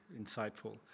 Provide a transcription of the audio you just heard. insightful